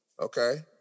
Okay